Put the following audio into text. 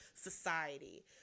society